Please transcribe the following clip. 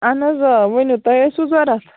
اَہن حظ آ ؤنِو تُہۍ ٲسوٕ ضروٗرت